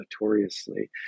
notoriously